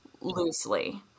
loosely